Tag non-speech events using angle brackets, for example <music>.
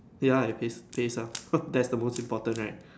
ya it pays pays well <noise> that's the most important right